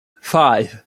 five